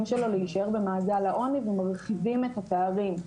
שלו להישאר במעגל העוני ומרחיבים את הפערים,